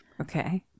okay